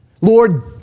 Lord